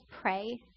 pray